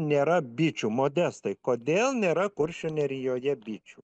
nėra bičių modestai kodėl nėra kuršių nerijoje bičių